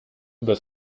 über